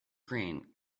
grain